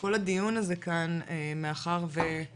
כל הדיון הזה כאן, מאחר גם